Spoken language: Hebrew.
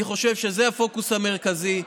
אני חושב שזה הפוקוס המרכזי.